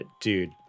dude